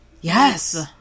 Yes